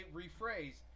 rephrase